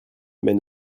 mène